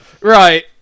Right